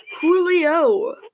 Julio